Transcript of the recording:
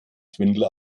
schwindel